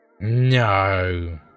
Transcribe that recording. No